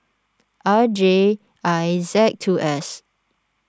R J I Z two S